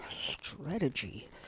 strategy